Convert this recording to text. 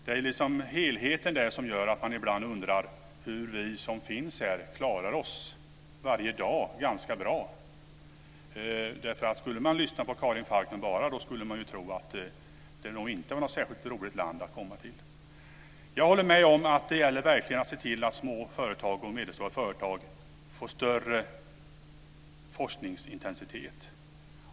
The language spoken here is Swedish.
Det är helheten där som ibland gör att man undrar hur vi som finns här klarar oss ganska bra varje dag. Skulle man lyssna bara på Karin Falkmer så skulle man tro att det nog inte var något särskilt roligt land att komma till. Jag håller med om att det verkligen gäller att se till att små och medelstora företag får större forskningsintensitet.